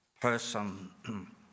person